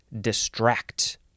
distract